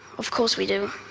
of course we do.